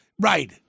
Right